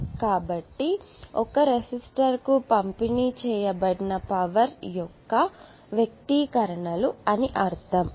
కాబట్టి ఇది ఒక రెసిస్టర్కు పంపిణీ చేయబడిన పవర్ యొక్క వ్యక్తీకరణలు అని అర్థం